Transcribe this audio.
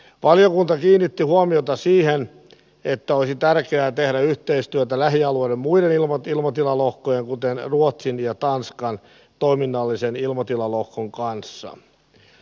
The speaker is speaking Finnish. valiokunta kiinnitti huomiota siihen että olisi tärkeää tehdä yhteistyötä lähialueiden muiden ilmatilalohkojen kuten ruotsin ja tanskan toiminnallisen ilmatilalohkon kanssa